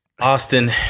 Austin